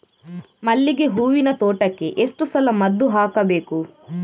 ಮಲ್ಲಿಗೆ ಹೂವಿನ ತೋಟಕ್ಕೆ ಎಷ್ಟು ಸಲ ಮದ್ದು ಹಾಕಬೇಕು?